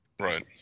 right